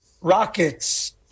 rockets